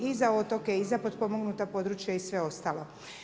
I za otoke i za potpomognuta područja i sve ostalo.